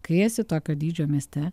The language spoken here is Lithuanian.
kai esi tokio dydžio mieste